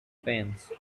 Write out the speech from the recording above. fence